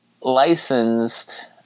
licensed